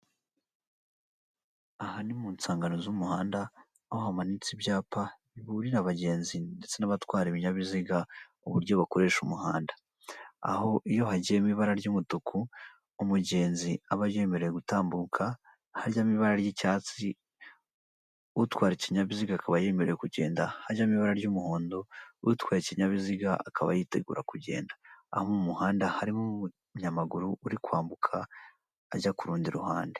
Aha ni mu nsangano z'umuhanda aho hamanitse ibyapa biburira abagenzi ndetse n'abatwara ibinyabiziga mu uburyo bakoresha umuhanda, aho iyo hagiyemo ibara ry'umutuku umugenzi aba yemerewe gutambuka, haryamo ibara ry'icyatsi utwara ikinyabiziga akaba yemerewe kugenda, hajyamo ibara ry'umuhondo utwaye ikinyabiziga akaba yitegura kugenda, aho mu muhanda harimo umunyamaguru uri kwambuka ajya kuru rundi ruhande.